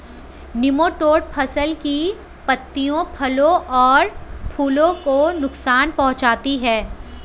nematode फसल की पत्तियों फलों और फूलों को नुकसान पहुंचाते हैं